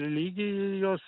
lygį jos